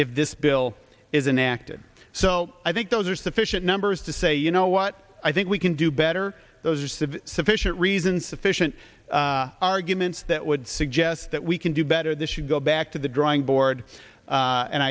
if this bill isn't acted so i think those are sufficient numbers to say you know what i think we can do better those which have sufficient reason sufficient arguments that would suggest that we can do better they should go back to the drawing board a